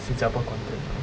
新加坡 content ah